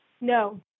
No